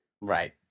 Right